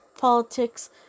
politics